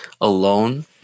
alone